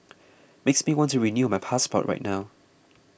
makes me want to renew my passport right now